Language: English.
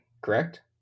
correct